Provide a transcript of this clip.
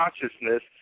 consciousness